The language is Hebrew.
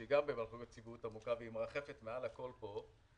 שמרחפת מעל הכול פה,